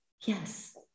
yes